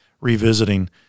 revisiting